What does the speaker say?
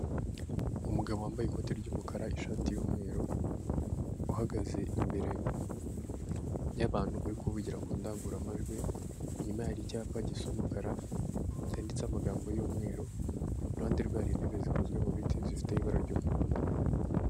Umugabo wambaye ikoti ry'umukara ishati yumweru, uhagaze imbere y'abantu uri kuvugira ku ndangururamajwi, inyuma ye hari icyapa gisa umukara, cyanditeho amagambo y'umweru, iruhande rwe hari intebe zikozwe mu biti zifite ibara ry'umuhondo.